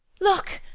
look,